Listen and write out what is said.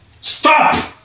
Stop